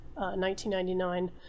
1999